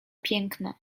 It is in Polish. piękna